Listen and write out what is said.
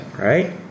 Right